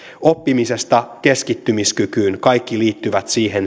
oppimisesta keskittymiskykyyn kaikki liittyvät siihen